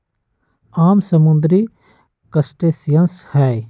आम समुद्री क्रस्टेशियंस हई